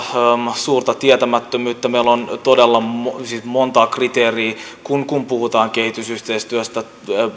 suurta tietämättömyyttä meillä on todella monta monta kriteeriä kun kun puhutaan kehitysyhteistyöstä